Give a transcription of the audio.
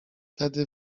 tedy